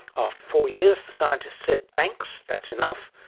after four years the scientist said thanks, that's enough,